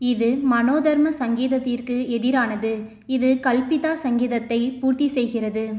இது மனோதர்ம சங்கீதத்திற்கு எதிரானது இது கல்பிதா சங்கீதத்தைப் பூர்த்தி செய்கிறது